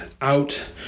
out